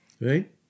right